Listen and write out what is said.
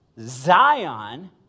Zion